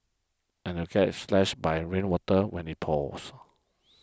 and you'd get slashed by rainwater when it pours